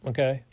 Okay